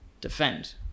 defend